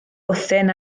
bwthyn